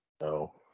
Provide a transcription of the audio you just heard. No